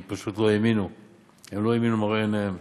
הם פשוט לא האמינו למראה עיניהם.